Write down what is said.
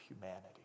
humanity